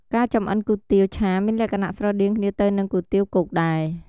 ការចម្អិនគុយទាវឆាមានលក្ខណៈស្រដៀងគ្នាទៅនឺងគុយទាវគោកដែរ។